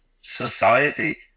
society